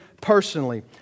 personally